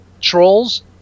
Trolls